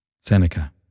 Seneca